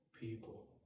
people